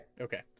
okay